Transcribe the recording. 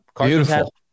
Beautiful